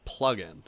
plugin